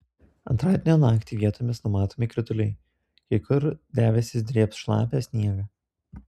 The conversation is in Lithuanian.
antradienio naktį vietomis numatomi krituliai kai kur debesys drėbs šlapią sniegą